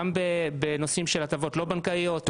גם בנושאים של הטבות לא בנקאיות,